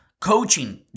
coaching